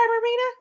Marina